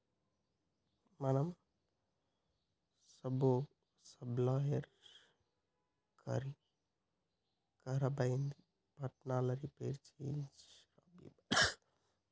మన సబ్సోయిలర్ ఖరాబైంది పట్నంల రిపేర్ చేయించుక రా బీమయ్య